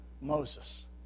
Moses